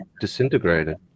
disintegrated